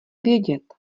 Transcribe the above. vědět